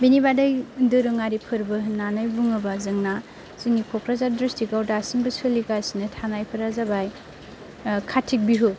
बिनि अनगायै दोरोङारि फोरबो होननानै बुङोबा जोंना जोंनि क'क्राझार दिस्ट्रिकट आव दासिमबो सोलिबोगासिनो थानायफोरा जाबाय कार्थिक बिहु